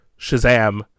Shazam